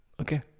okay